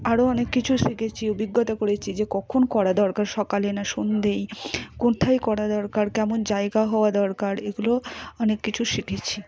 আরও অনেক কিছু শিখেছি অভিজ্ঞতা করেছি যে কখন করা দরকার সকালে না সন্ধেয় কোথায় করা দরকার কেমন জায়গা হওয়া দরকার এগুলো অনেক কিছু শিখেছি